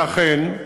ואכן,